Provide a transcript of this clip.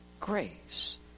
grace